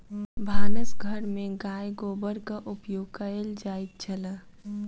भानस घर में गाय गोबरक उपयोग कएल जाइत छल